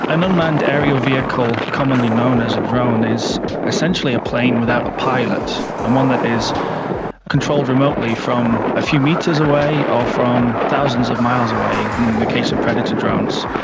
an unmanned aerial vehicle commonly known as a drone is essentially a plane without a pilot and one that is controlled remotely from a few metres away or from thousands of miles away in the case of predator drones.